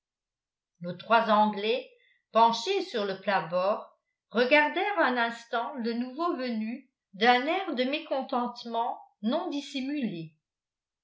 nos trois anglais penchés sur le plat-bord regardèrent un instant le nouveau venu d'un air de mécontentement